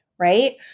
Right